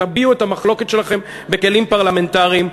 תביעו את המחלוקת שלכם בכלים פרלמנטריים.